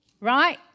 right